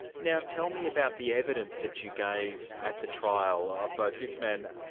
now tell me about the evidence that you gave at the trial of both this man,